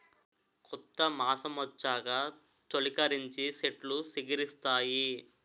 కొత్త మాసమొచ్చాక తొలికరించి సెట్లు సిగిరిస్తాయి